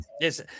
yes